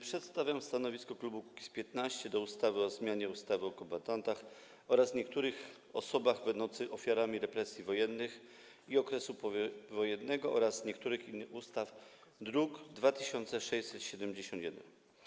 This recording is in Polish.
Przedstawiam stanowisko klubu Kukiz’15 wobec ustawy o zmianie ustawy o kombatantach oraz niektórych osobach będących ofiarami represji wojennych i okresu powojennego oraz niektórych innych ustaw, druk nr 2671.